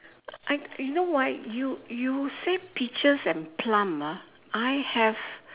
I you know why you you say peaches and plum ah I have